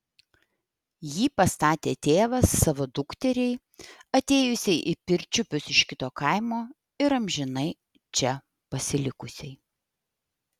jį pastatė tėvas savo dukteriai atėjusiai į pirčiupius iš kito kaimo ir amžinai čia pasilikusiai